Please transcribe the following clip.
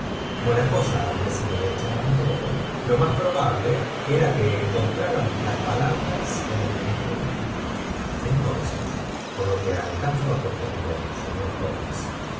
como la cosa había sido hecha ayer lo más probable era quo eneontrára v moa las palabras en el número de ayer entonces por lo que alcanzo ó comprender señor